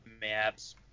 maps